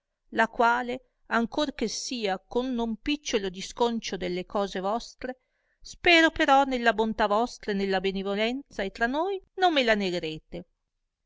la quale ancor che sia con non picciolo disconcio delle cose vostre spero però nella bontà vostra e nella benivolenza è tra noi non me la negherete